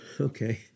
okay